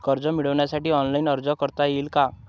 कर्ज मिळविण्यासाठी ऑनलाइन अर्ज करता येईल का?